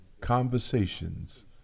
Conversations